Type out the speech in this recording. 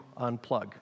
unplug